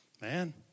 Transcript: man